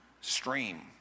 stream